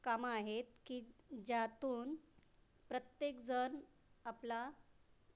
कामं आहेत की ज्यातून प्रत्येक जण आपला